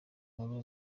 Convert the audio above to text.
nkuru